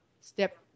step